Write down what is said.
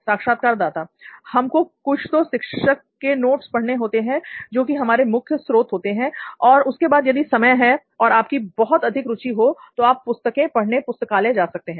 साक्षात्कारदाता हमको कुछ तो शिक्षक के के नोट्स पढ़ने होते हैं जो कि हमारे मुख्य स्रोत होते हैं और उसके बाद यदि समय है और आपकी बहुत अधिक रूचि हो तो आप पुस्तकें पढ़ने पुस्तकालय जा सकते हैं